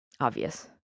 obvious